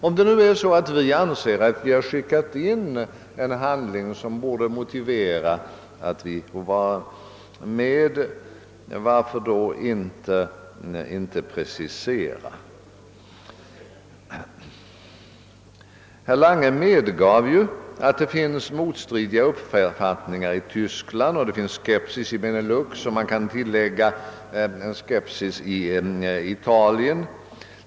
Om det nu är så att vi anser att vi har skickat in en handling som borde motivera att vi får vara med, varför då inte precisera vad vår ansökan innebär? Herr Lange medgav att det finns motstridiga uppfattningar i Tyskland och att det finns skepsis i Benelux — man kan tillägga skepsis också i Italien.